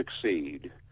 Succeed